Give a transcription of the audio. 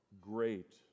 great